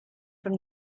from